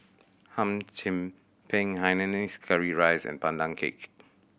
Hum Chim Peng hainanese curry rice and Pandan Cake